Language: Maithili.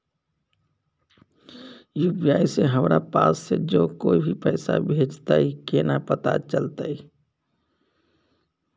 यु.पी.आई से हमरा पास जे कोय भी पैसा भेजतय केना पता चलते?